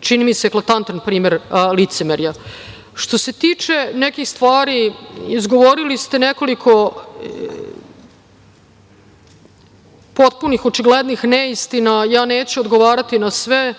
čini mi se, eklatantan primer licemerja. Što se tiče nekih stvari, izgovorili ste nekoliko potpunih, očiglednih neistina. Neću odgovarati na sve,